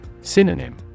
Synonym